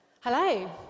Hello